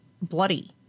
Bloody